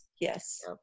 Yes